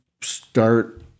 start